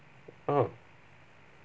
oh